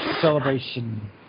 celebration